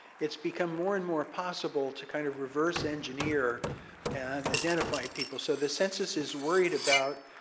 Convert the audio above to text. it's become more and more possible to kind of reverse engineer and identify people. so the census is worried about,